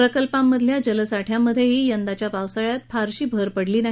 प्रकल्पांमधील जलसाठ्यांमध्येही यंदाच्या पावसाळ्यात फारशी भर पडलेली नाही